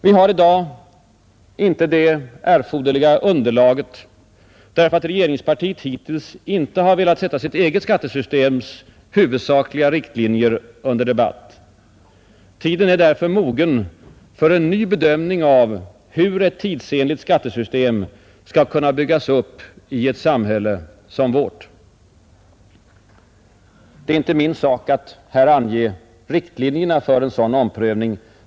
Vi har i dag inte det erforderliga underlaget, därför att regeringspartiet hittills inte har velat sätta sitt eget skattesystems huvudsakliga riktlinjer under debatt. Tiden är därför mogen för en ny bedömning av hur ett tidsenligt skattesystem skall kunna byggas upp i ett samhälle som vårt. Det är inte min sak att här ange riktlinjerna för en sådan om prövning.